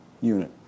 unit